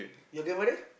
your grandmother